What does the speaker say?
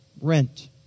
rent